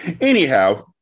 Anyhow